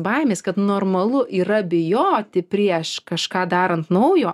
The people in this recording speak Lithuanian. baimės kad normalu yra bijoti prieš kažką darant naujo